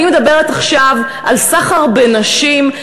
אני מדברת עכשיו על סחר בנשים,